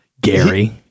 Gary